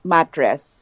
Mattress